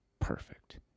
perfect